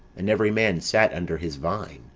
and every man sat under his vine,